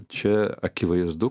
čia akivaizdu